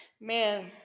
Man